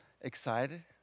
excited